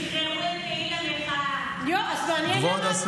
כל מה שדיברתם, לחינם, כי שחררו את פעיל המחאה.